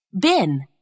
bin